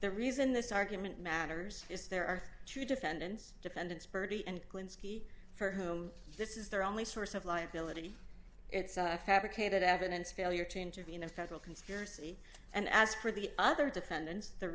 the reason this argument matters is there are two defendants defendants bertie and clint ski for whom this is their only source of liability it's fabricated evidence failure to intervene in a federal conspiracy and ask for the other defendants the